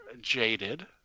jaded